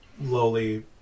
lowly